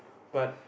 but